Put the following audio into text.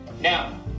now